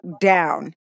down